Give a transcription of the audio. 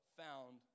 found